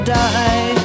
die